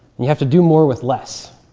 and you have to do more with less.